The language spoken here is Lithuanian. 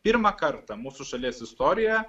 pirmą kartą mūsų šalies istorijoje